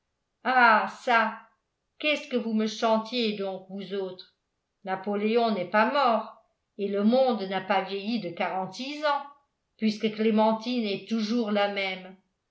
ah çà qu'est-ce que vous me chantiez donc vous autres napoléon n'est pas mort et le monde n'a pas vieilli de quarante-six ans puisque clémentine est toujours la même